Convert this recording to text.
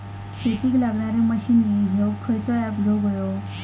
शेतीक लागणारे मशीनी घेवक खयचो ऍप घेवक होयो?